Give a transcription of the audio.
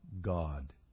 God